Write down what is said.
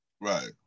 Right